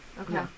Okay